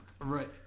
Right